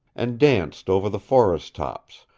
and danced over the forest-tops,